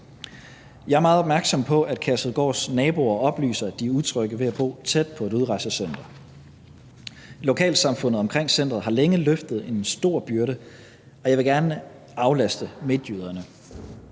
Jeg er meget opmærksom på, at Kærshovedgårds naboer oplyser, at de er utrygge ved at bo tæt på et udrejsecenter. Lokalsamfundet omkring centeret har længe løftet en stor byrde, og jeg vil gerne aflaste midtjyderne.